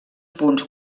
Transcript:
punts